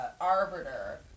arbiter